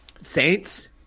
Saints